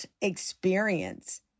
experience